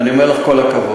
ואני אומר לך: כל הכבוד,